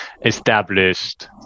Established